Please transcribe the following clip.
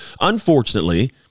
Unfortunately